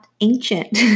ancient